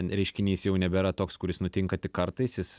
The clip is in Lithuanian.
reiškinys jau nebėra toks kuris nutinka tik kartais jis